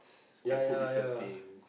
ya ya ya